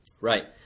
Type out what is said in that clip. Right